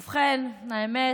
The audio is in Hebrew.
ובכן, האמת,